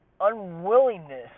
unwillingness